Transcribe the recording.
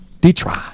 detroit